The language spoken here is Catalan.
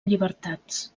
llibertats